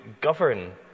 govern